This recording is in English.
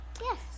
Yes